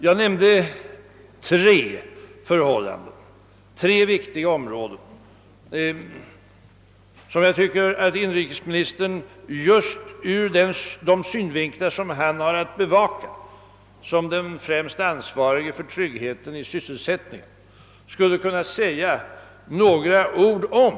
Jag nämnde tre viktiga områden som inrikesministern just ur de synvinklar, som han har att anlägga som den främst ansvarige för tryggheten i sysselsättningen, borde kunna säga några ord om.